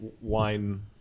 wine